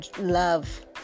love